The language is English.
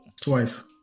Twice